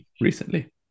recently